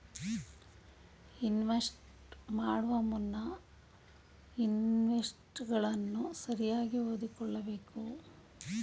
invest ಮಾಡುವ ಮುನ್ನ ಇನ್ಸ್ಟ್ರಕ್ಷನ್ಗಳನ್ನು ಸರಿಯಾಗಿ ಓದಿಕೊಳ್ಳಬೇಕು